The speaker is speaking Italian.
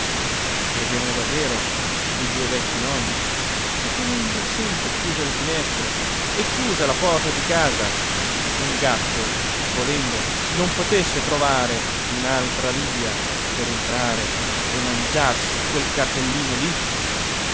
credevano davvero quei due vecchi nonni che tenendo sempre chiuse le finestre e chiusa la porta di casa un gatto volendo non potesse trovare un'altra via per entrare a mangiarsi quel cardellino lì